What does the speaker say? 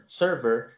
server